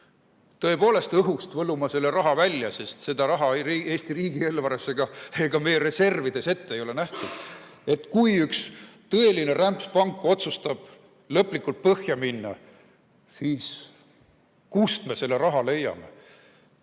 tõepoolest õhust võluma selle raha välja, sest seda raha Eesti riigieelarves ega meie reservides ette ei ole nähtud. Kui üks tõeline rämpspank otsustab lõplikult põhja minna, siis kust me selle raha leiame?